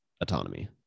autonomy